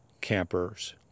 campers